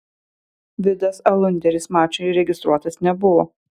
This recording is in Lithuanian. vidas alunderis mačui registruotas nebuvo